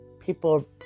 People